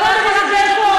חברת הכנסת ברקו,